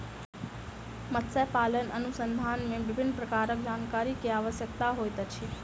मत्स्य पालन अनुसंधान मे विभिन्न प्रकारक जानकारी के आवश्यकता होइत अछि